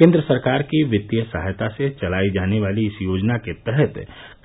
केन्द्र सरकार की वित्तीय सहायता से चलाई जाने वाली इस योजना के तहत